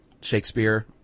Shakespeare